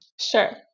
Sure